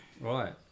right